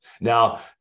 Now